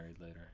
later